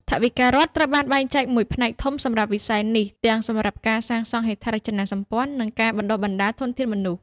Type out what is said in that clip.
ថវិការដ្ឋត្រូវបានបែងចែកមួយផ្នែកធំសម្រាប់វិស័យនេះ ទាំងសម្រាប់ការសាងសង់ហេដ្ឋារចនាសម្ព័ន្ធ និងការបណ្ដុះបណ្ដាលធនធានមនុស្ស។